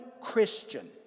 Christian